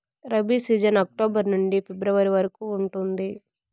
rabi season October నుండి ఫిబ్రవరి వరకు ఉంటుంది